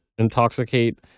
intoxicate